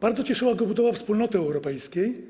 Bardzo cieszyła go budowa Wspólnoty Europejskiej,